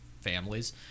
families